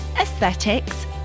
aesthetics